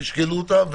תשקלו אותה,